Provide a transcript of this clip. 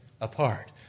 apart